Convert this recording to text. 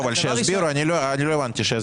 לא, אבל שיסבירו, אני לא הבנתי.